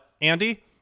Andy